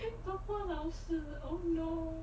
so 老师 oh no